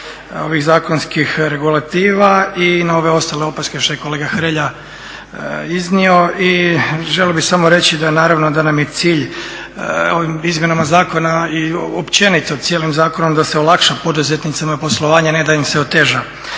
ovih zakonskih regulativa i na ove ostale opaske što je kolega Hrelja iznio. I želio bih samo reći da naravno da nam je cilj ovim izmjenama zakona i općenito cijelim zakonom da se olakša poduzetnicima poslovanje ne da im se oteža.